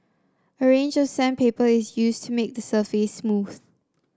a range of sandpaper is used to make the surface smooth